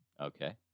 Okay